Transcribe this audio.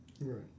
Right